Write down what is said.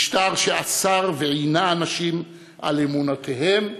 משטר שעצר ועינה אנשים על אמונותיהם ודעותיהם.